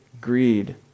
greed